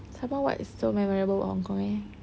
some more what is so memorable about hong kong eh